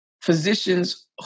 physicians